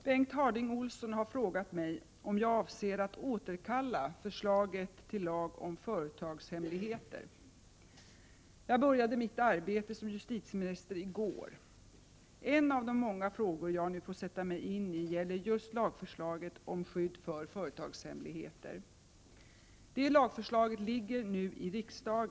Regeringens förslag till lag om företagshemligheter, dens.k. lex Bratt, har utsatts för en mycket omfattande och intensiv kritik. Därefter har tv tidigare justitieministrar uttalat att lagförslaget kan behöva ändras. Det är emellertid oklart vilka konkreta tgärder den nytillträdde tredje justitieministern verkligen kommer att vidtaga.